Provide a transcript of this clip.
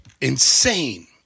insane